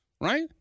Right